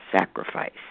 sacrifice